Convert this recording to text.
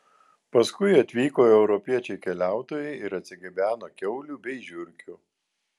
paskui atvyko europiečiai keliautojai ir atsigabeno kiaulių bei žiurkių